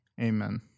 Amen